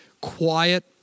quiet